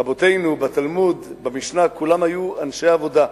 רבותינו בתלמוד, במשנה, כולם היו אנשי עבודה.